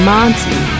Monty